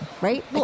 right